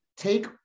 Take